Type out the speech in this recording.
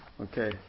Okay